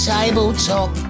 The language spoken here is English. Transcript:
Tabletop